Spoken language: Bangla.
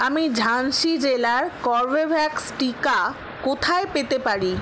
আমি ঝানসি জেলার কর্বেভ্যাক্স টিকা কোথায় পেতে পারি